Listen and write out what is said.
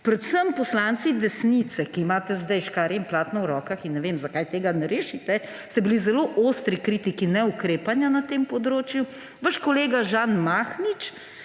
Predvsem poslanci desnice, ki imate zdaj škarje in platno v rokah – in ne vem, zakaj tega ne rešite ‒, ste bili zelo ostri kritiki neukrepanja na tem področju. Vaš kolega Žan Mahnič